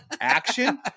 action